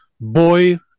boy